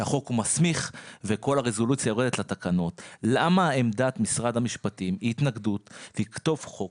שהחוק מסמיך וכל הרזולוציה יורדת לתקנות היא התנגדות לכתוב חוק